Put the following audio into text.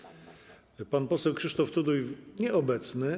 Pan poseł Krzysztof Tuduj - nieobecny.